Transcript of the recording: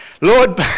Lord